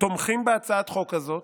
תומכים בהצעת החוק הזאת,